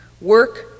Work